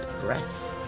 Breath